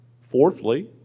Fourthly